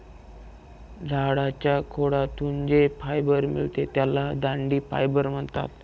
झाडाच्या खोडातून जे फायबर मिळते त्याला दांडी फायबर म्हणतात